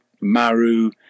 Maru